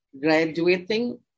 graduating